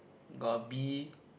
got a bee